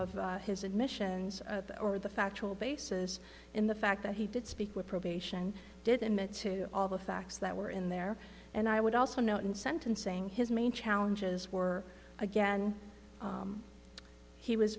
of his admissions are the factual basis in the fact that he did speak with probation didn't mean to all the facts that were in there and i would also note in sentencing his main challenges were again he was